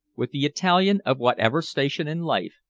with the italian of whatever station in life,